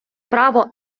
право